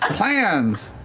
ah plans.